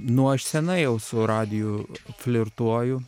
nu aš senai jau su radiju flirtuoju